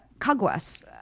Caguas